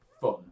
fun